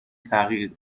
تغییر